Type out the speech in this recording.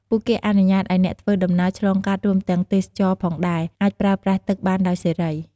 ពួកគេអនុញ្ញាតឲ្យអ្នកធ្វើដំណើរឆ្លងកាត់ រួមទាំងទេសចរផងដែរ អាចប្រើប្រាស់ទឹកបានដោយសេរី។